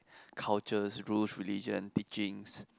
cultures rules religion teachings